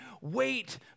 Wait